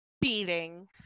beating